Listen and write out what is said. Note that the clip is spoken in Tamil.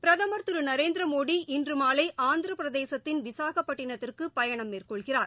பிரதம் திரு நரேந்திரமோடி இன்று மாலை ஆந்திர பிரதேசத்தின் விசாகப்பட்டிணத்திற்கு பயணம் மேற்கொள்கிறார்